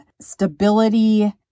stability